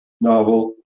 novel